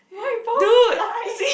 my ball fly